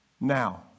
now